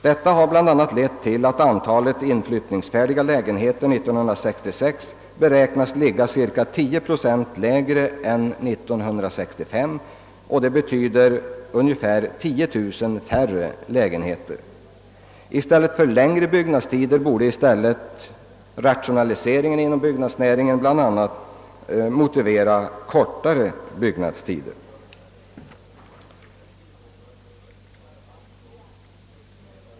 Detta har bl.a. medfört att antalet inflyttningsfärdiga lägenheter 1966 beräknas ligga cirka 10 procent lägre än 1965, vilket betyder ungefär 10 000 färre lägenheter. I stället för längre byggnadstider under senare år borde rationaliseringen inom byggnadsnäringen medföra kortare byggnadstider.